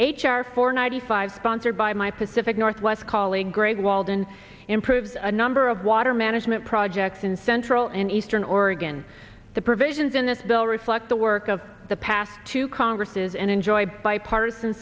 r four ninety five sponsored by my pacific northwest colleague greg walden improves a number of water management projects in central and eastern oregon the provisions in this bill reflect the work of the past two congresses and enjoyed bipartisan